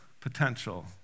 potential